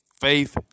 faith